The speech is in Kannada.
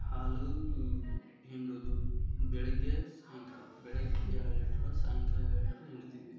ಹಾಲು ಹಿಂಡುವುದು ಬೆಳಗ್ಗೆ ಸಾಯಂಕಾಲ ಬೆಳಗ್ಗೆ ಏಳು ಲೀಟ್ರ್ ಸಾಯಂಕಾಲ ಏಳು ಲೀಟ್ರ್ ಹಿಂಡ್ತಿದ್ವಿ